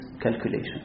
calculation